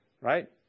Right